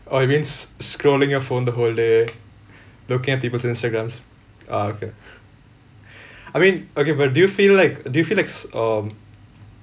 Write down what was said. oh you mean s~ scrolling your phone the whole day looking at people's instagrams ah okay I mean okay but do you feel like do you feel like s~ um